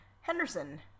Henderson